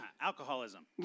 Alcoholism